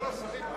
סיכמת עם